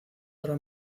para